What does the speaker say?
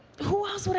who else?